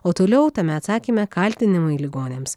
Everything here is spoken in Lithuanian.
o toliau tame atsakyme kaltinimai ligoniams